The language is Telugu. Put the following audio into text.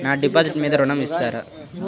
నా డిపాజిట్ మీద ఋణం ఇస్తారా?